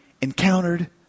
encountered